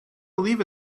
believe